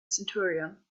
centurion